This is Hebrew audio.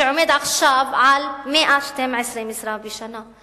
שעומד עכשיו על 112 משרות בשנה.